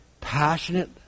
passionate